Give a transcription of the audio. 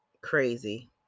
Crazy